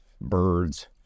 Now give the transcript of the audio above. birds